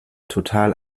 total